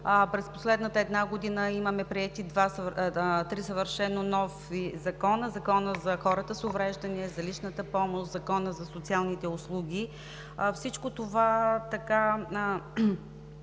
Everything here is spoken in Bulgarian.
През последната една година имаме приети три съвършено нови закона – Закона за хората с увреждания, Закона за личната помощ, Закона за социалните услуги. Всичко това налага